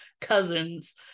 cousins